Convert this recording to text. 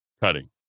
cutting